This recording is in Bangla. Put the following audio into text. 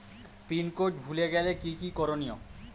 পিন কোড ভুলে গেলে কি কি করনিয়?